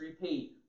repeat